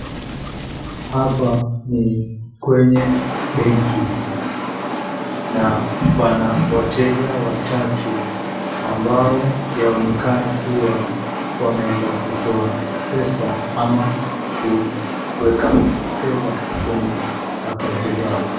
Hapa ni kwenye benki na pana wateja watatu ambao yaonekana kuwa wameenda kutoa pesa ama kuweka fedha kwenye akaunti zao.